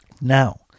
Now